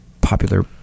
popular